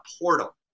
portal